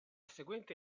seguente